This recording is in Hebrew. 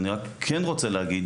אני כן רוצה להגיד